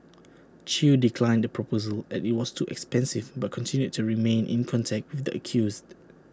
chew declined the proposal as IT was too expensive but continued to remain in contact with the accused